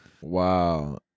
Wow